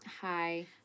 Hi